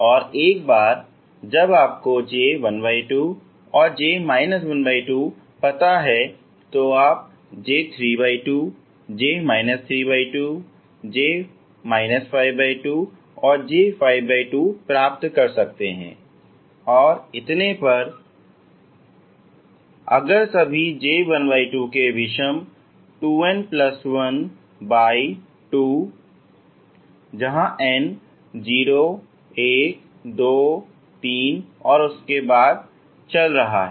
और एक बार जब आपको J12 और J 12 पता है आप J32 J 32 J 52 J52 प्राप्त कर सकते हैं और इतने पर तो सभी J12 के विषम 2n 12 n 0 1 2 3 के बाद से चल रहा है